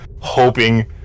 hoping